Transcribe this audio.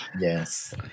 yes